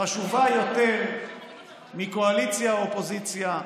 חשובה יותר מקואליציה או אופוזיציה,